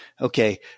okay